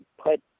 put